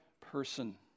person